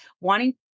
wanting